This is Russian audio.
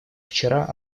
вчера